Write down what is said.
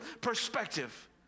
perspective